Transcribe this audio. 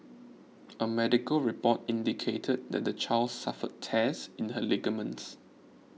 a medical report indicated that the child suffered tears in her ligaments